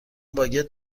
باگت